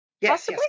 yes